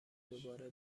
دوباره